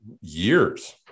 years